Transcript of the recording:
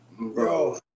Bro